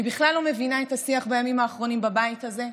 אני בכלל לא מבינה את השיח בימים האחרונים בבית הזה.